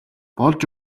болж